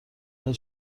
خوای